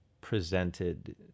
presented